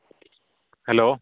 hello